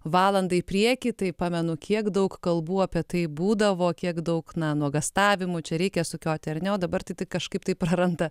valanda į priekį tai pamenu kiek daug kalbų apie tai būdavo kiek daug na nuogąstavimų čia reikia sukioti ar ne o dabar tai tai kažkaip tai praranda